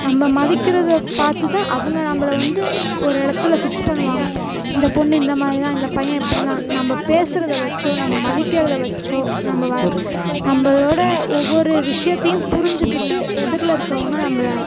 நம்ம மதிக்கிறத பார்த்து தான் அவங்க நம்மள வந்து ஒரு இடத்தில் ஃபிக்ஸ் பண்ணுவாங்கள் இந்த பொண்ணு இந்த மாதிரி தான் இந்த பையன் இப்படி தான் நம்ம பேசுகிறத வச்சோ நாம் மதிக்கிறத வச்சோ நம்ம நம்மளோடய ஒவ்வொரு விஷயத்தையும் புரிஞ்சிக்கிட்டு எதிரில் இருக்கிறவங்க நம்மள